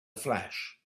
flash